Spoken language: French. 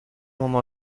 moment